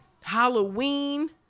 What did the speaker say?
Halloween